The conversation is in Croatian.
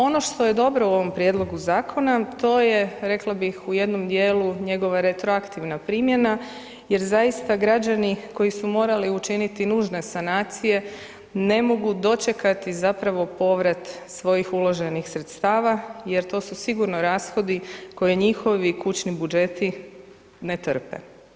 Ono što je dobro u ovom prijedlogu zakona to je, rekla bih, u jednom dijelu njegova retroaktivna primjena jer zaista građani koji su morali učiniti nužne sanacije ne mogu dočekati zapravo povrat svojih uloženih sredstava jer to su sigurno rashodi koje njihovi kućni budžeti ne trpe.